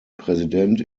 präsident